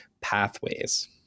pathways